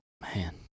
Man